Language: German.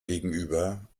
gegenüber